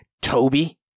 toby